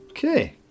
Okay